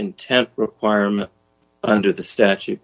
intent requirement under the statu